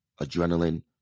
adrenaline